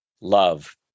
love